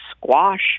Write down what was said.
squash